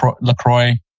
Lacroix